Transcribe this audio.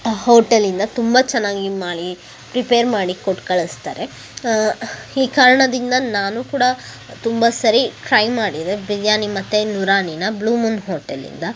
ಆ ಹೋಟೆಲಿಂದ ತುಂಬ ಚೆನ್ನಾಗಿ ಮಾಡಿ ಪ್ರಿಪೇರ್ ಮಾಡಿ ಕೊಟ್ಟು ಕಳಿಸ್ತಾರೆ ಈ ಕಾರಣದಿಂದ ನಾನೂ ಕೂಡ ತುಂಬ ಸಾರಿ ಟ್ರೈ ಮಾಡಿದೆ ಬಿರಿಯಾನಿ ಮತ್ತು ನೂರಾನಿನ ಬ್ಲೂ ಮೂನ್ ಹೋಟೆಲ್ಲಿಂದ